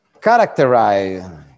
characterize